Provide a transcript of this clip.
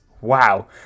Wow